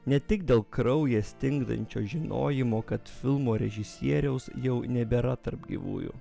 ne tik dėl kraują stingdančio žinojimo kad filmo režisieriaus jau nebėra tarp gyvųjų